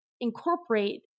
incorporate